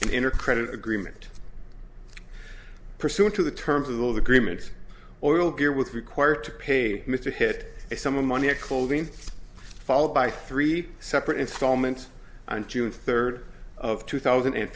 enter credit agreement pursuant to the terms of those agreements oil gear with required to pay mr hit a sum of money and clothing followed by three separate installments on june third of two thousand and